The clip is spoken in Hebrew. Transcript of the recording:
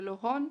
לא הון,